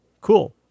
Cool